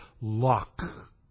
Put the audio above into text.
luck